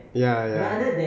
ya ya